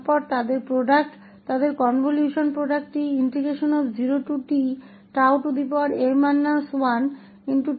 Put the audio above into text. और फिर उनके उत्पाद उनके कनवल्शन उत्पाद को 0t𝜏m 1t 𝜏n 1d𝜏 के रूप में मानें